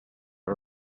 are